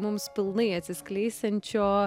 mums pilnai atsiskleisiančio